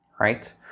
right